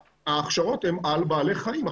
ההכשרות הן על בעלי חיים.